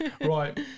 Right